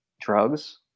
drugs